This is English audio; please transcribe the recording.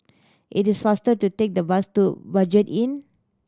it is faster to take the bus to Budget Inn